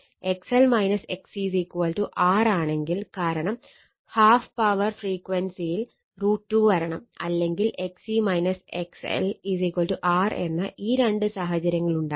XL XC R ആണെങ്കിൽ കാരണം half power ഫ്രീക്വൻസിയിൽ √2 വരണം അല്ലെങ്കിൽ XC XL R എന്ന ഈ രണ്ട് സാഹചര്യങ്ങൾ ഉണ്ടാകാം